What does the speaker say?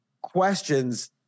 questions